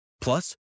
Plus